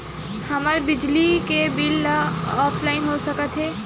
हमर बिजली के बिल ह ऑनलाइन हो सकत हे?